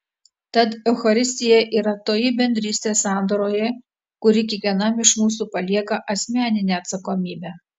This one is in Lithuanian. tad eucharistija yra toji bendrystė sandoroje kuri kiekvienam iš mūsų palieka asmeninę atsakomybę